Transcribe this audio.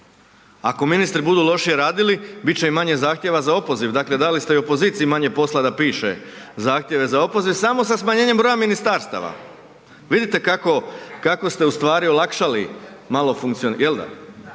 Ako ministri budu lošije radili, bit će i manje zahtjeva za opoziv, dakle dali ste i opoziciji manje posla da piše zahtjeve za opoziv samo sa smanjenjem broja ministarstava. Vidite kako, kako ste u stvari olakšali malo funkcio, jel da, e,